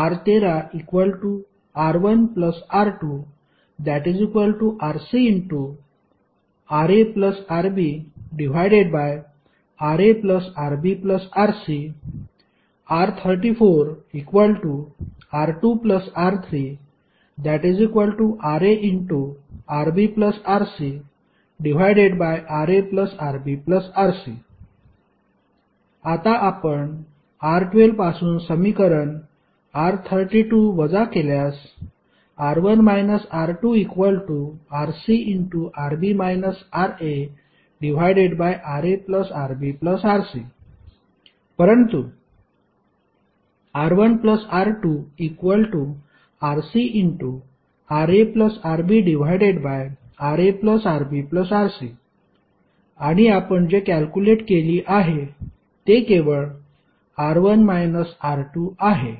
R13R1R2RcRaRbRaRbRc R34R2R3RaRbRcRaRbRc आता आपण R12 पासून समीकरण R32 वजा केल्यास R1 R2RcRb RaRaRbRc परंतु R1R2RcRaRbRaRbRc आणि आपण जे कॅल्क्युलेट केली आहे ते केवळ R1 - R2 आहे